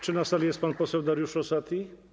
Czy na sali jest pan poseł Dariusz Rosati?